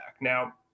Now